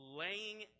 laying